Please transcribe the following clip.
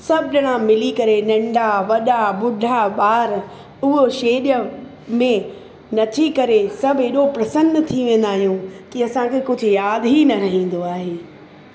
सभु ॼणा मिली करे नंढा वॾा ॿुडा ॿार उहो छेॼ में नची करे सभु एॾो प्रसन्न थी वेंदा आहियूं की असांखे कुझु यादि ही न रहंदो आहे